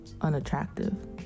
unattractive